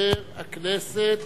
חבר הכנסת